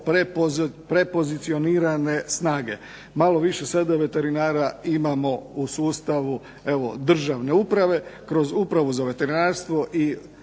prepozicionirane snage, malo više sada veterinara imamo u sustavu evo državne uprave kroz upravu za veterinarstvo i